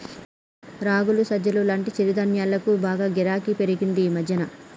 రాగులు, సజ్జలు లాంటి చిరుధాన్యాలకు బాగా గిరాకీ పెరిగింది ఈ మధ్యన